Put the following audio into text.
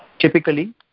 Typically